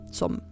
som